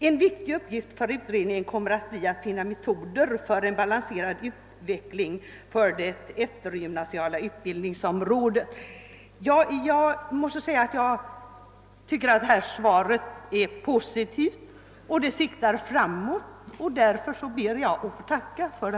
»En viktig uppgift för utredningen kommer att bli att finna metoder för en balanserad utveckling på det eftergymnasiala utbildningsområdet», framhåller statsrådet även. Detta svar är positivt och siktar framåt. Därför ber jag än en gång att få tacka för det.